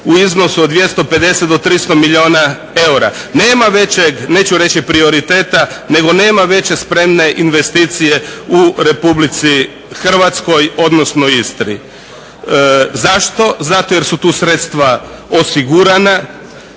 u iznosu od 250 do 300 milijuna eura. Nema većeg neću reći prioriteta nego nema veće spremne investicije u Republici Hrvatskoj odnosno Istri. Zašto, zato jer su tu sredstva osigurana.